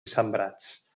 sembrats